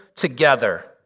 together